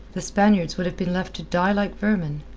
the spaniards would have been left to die like vermin,